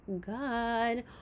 god